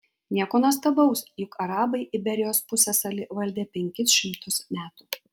nieko nuostabaus juk arabai iberijos pusiasalį valdė penkis šimtus metų